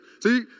See